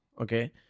okay